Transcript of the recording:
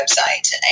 website